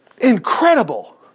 Incredible